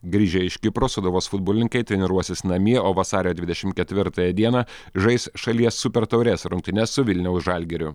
grįžę iš kipro sūduvos futbolininkai treniruosis namie o vasario dvidešimt ketvirtąją dieną žais šalies super taurės rungtynes su vilniaus žalgiriu